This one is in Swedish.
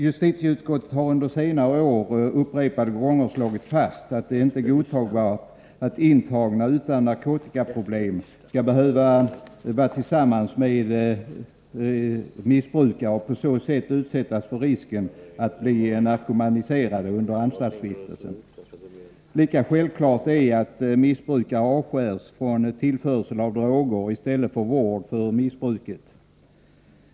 Justitieutskottet har under senare år upprepade gånger slagit fast att det inte är godtagbart att intagna utan narkotikaproblem skall behöva vara tillsammans med missbrukare och på så sätt utsättas för risken att bli narkomaniserade under anstaltsvistelsen. Lika självklart är att missbrukare avskärs från tillförsel av droger i stället för att få vård för missbruket.